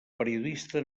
periodista